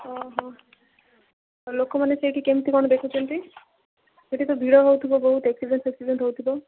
ଓ ହଃ ଲୋକମାନେ ସେଇଠି କେମିତି କ'ଣ ଦେଖୁଛନ୍ତି ସେଇଠି ତ ଭିଡ଼ ହେଉଥିବ ବହୁତ ଆକ୍ସିଡେଣ୍ଟ ଫାକ୍ସିଡେଣ୍ଟ ହେଉଥିବ